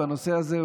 בנושא הזה,